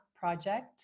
project